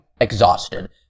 exhausted